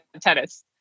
tennis